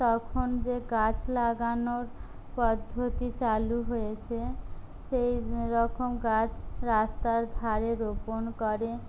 তখন যে গাছ লাগানোর পদ্ধতি চালু হয়েছে সেই রকম গাছ রাস্তার ধারে রোপণ করে